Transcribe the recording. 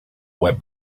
web